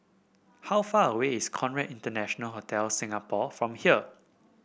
how far away is Conrad International Hotel Singapore from here